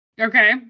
okay